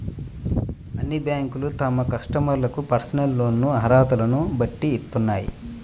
అన్ని బ్యేంకులూ తమ కస్టమర్లకు పర్సనల్ లోన్లను అర్హతలను బట్టి ఇత్తన్నాయి